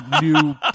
new